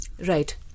Right